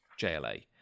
JLA